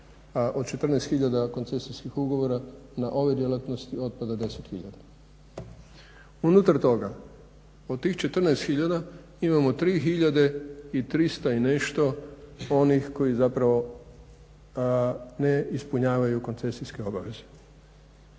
od 14 hiljada koncesijskih ugovora na ovoj djelatnosti otpada 10 hiljada. Unutar toga od tih 14 hiljada imamo 3 hiljade i 300 i nešto onih koji zapravo ne ispunjavaju koncesijske obaveze,